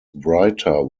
writer